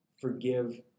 forgive